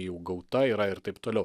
jau gauta yra ir taip toliau